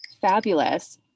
Fabulous